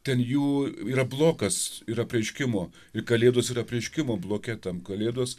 ten jų yra blokas ir apreiškimo ir kalėdos ir apreiškimo bloke tam kalėdos